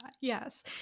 yes